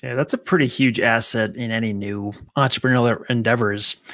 and that's a pretty huge asset in any new entrepreneurial ah endeavors.